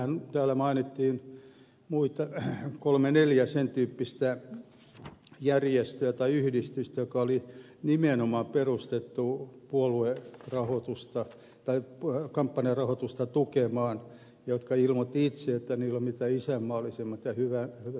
meillähän täällä mainittiin kolme neljä sen tyyppistä järjestöä tai yhdistystä jotka oli nimenomaan perustettu puolueen kampanjarahoitusta tukemaan ja jotka ilmoittivat itse että niillä on mitä isänmaallisimmat ja hyvät tarkoitukset